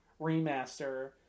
remaster